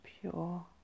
pure